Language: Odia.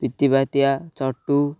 ପିିତିବାତିଆ ଚଟୁ